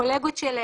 קולגות שלהם,